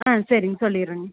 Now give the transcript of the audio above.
ஆ சரிங்க சொல்லிடுறேங்க